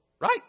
Right